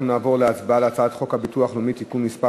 אנחנו נעבור להצבעה על הצעת חוק הביטוח הלאומי (תיקון מס'